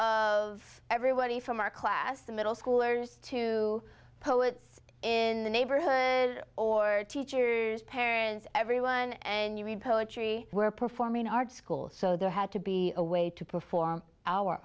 of everybody from our class the middle schoolers to poets in the neighborhood or teachers parents everyone and you read poetry where performing are school so there had to be a way to perform our